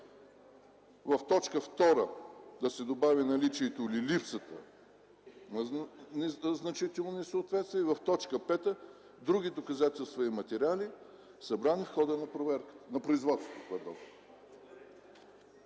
В т. 2 да се добави „наличието или липсата на значително несъответствие...” и в т. 5: „други доказателства и материали, събрани в хода на производството”.